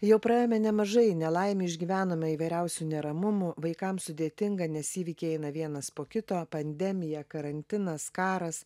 jau praėjome nemažai nelaimių išgyvenome įvairiausių neramumų vaikam sudėtinga nes įvykiai eina vienas po kito pandemija karantinas karas